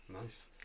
Nice